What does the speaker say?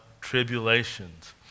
tribulations